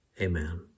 Amen